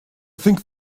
think